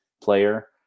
player